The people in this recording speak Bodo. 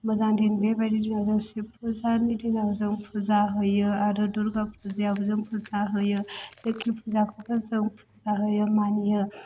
मोजां दिन बेबायदिनो जों सिब फुजानि दिनाव जों फुजा होयो आरो दुर्गा फुजायावबो जों फुजा होयो लोखि फुजाखौबो जों फुजा होयो मानियो